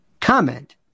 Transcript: comment